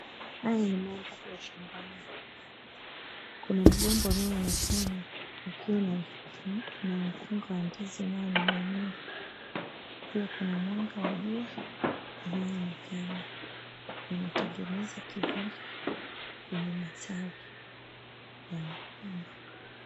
Haya ni mandhari ya shambani. Kuna mgomba unaoonekana ukiwa na mkunga wa ndizi unaoning'inia. Pia kuna mwanga wa jua unaoonekana, na unatengeneza kivuli kwenye matawi ya mgomba.